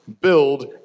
build